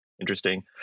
interesting